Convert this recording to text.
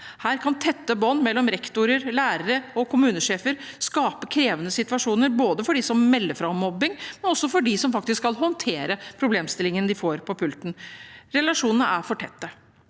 Her kan tette bånd mellom rektorer, lærere og kommunesjefer skape krevende situasjoner både for dem som melder fra om mobbing, og for dem som faktisk skal håndtere problemstillingen de får på pulten. Relasjonene er for tette.